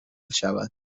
شود